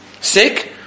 sick